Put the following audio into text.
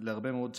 להרבה מאוד שנים,